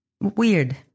weird